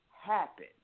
happen